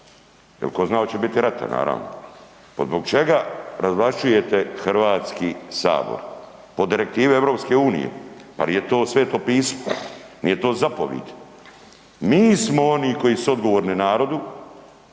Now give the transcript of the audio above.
jel ko zna oće biti rata naravno. Pa zbog čega razvlašćujete HS? Po direktivi EU, pa nije to sveto pismo, nije to zapovid. Mi smo oni koji su odgovorni narodu,